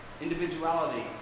individuality